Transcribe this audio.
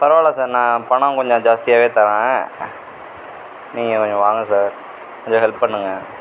பரவாயில்ல சார் நான் பணம் கொஞ்சம் ஜாஸ்தியாகவே தரேன் நீங்கள் கொஞ்சம் வாங்க சார் கொஞ்சம் ஹெல்ப் பண்ணுங்க